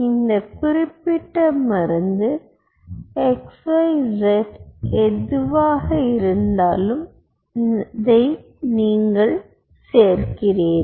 இந்த குறிப்பிட்ட மருந்து x y z எதுவாக இருந்தாலும் அதை நீங்கள் சேர்க்கிறீர்கள்